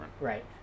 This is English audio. Right